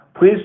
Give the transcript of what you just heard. please